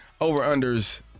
over-unders